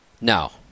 No